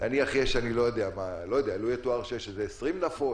ולו יתואר שיש כ-20 נפות